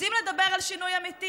רוצים לדבר על שינוי אמיתי?